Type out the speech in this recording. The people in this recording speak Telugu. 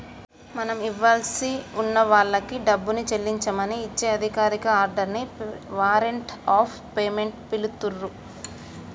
మనం ఇవ్వాల్సి ఉన్న వాల్లకెల్లి డబ్బుని చెల్లించమని ఇచ్చే అధికారిక ఆర్డర్ ని వారెంట్ ఆఫ్ పేమెంట్ పిలుత్తున్రు